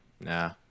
Nah